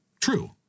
True